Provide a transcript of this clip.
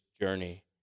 journey